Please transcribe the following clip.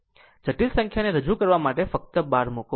જટિલ સંખ્યાને રજૂ કરવા માટે ફક્ત બાર મૂકો